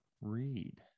read